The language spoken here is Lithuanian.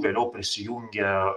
vėliau prisijungė